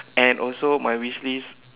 and also my wishlist